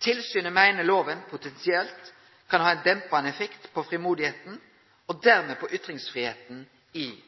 Tilsynet meiner lova potensielt kan ha ein dempande effekt på frimodigheita og dermed på ytringsfridomen i